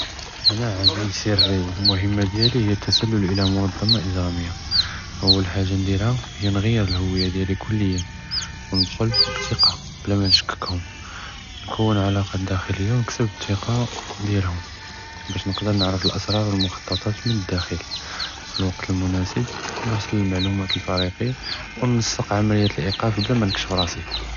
אנא עְמִיל סִרִי، אלמִהַמַּה דִיַאלִי היא תְסַלַּל אִלַא מַנְטִקַה אִגְ׳רַאמִיַּה، אַוַּל חַאגַ'ה נְדִירְהַא היא נְעַ׳יֶּר לְהֻוִיַּה דִיַאלִי כֻּלִיַּאן، וּנְדְחֻל בְּתִיקַה בְּלַא מַנְשַׁכְּכְּהֻם، נְכוּן עִלַאקַאת דַּאחְלִיַּה וּנְכְּסֶבּ תִיקַה דִיַאלְהֻם، בַּאש נְקְדֶר נְעְרֶף לְאַסְרַאר וּלְמֻחְ'טַטַאת מַדַאחֶל، פַלְוַקְת לִמֻנַאסֶבּ, נְרְסֶל אלמַעְלוּמַאת לִפַרִיקִי، וּנְוַסֶק עַמַלִיַּת אלְאִיקַאפ בְּלַא מַנְכְּשֶׁף רַאסִי.